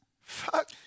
Fuck